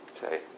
Say